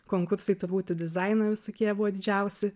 konkursai turbūt į dizainą visokie buvo didžiausi